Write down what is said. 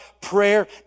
prayer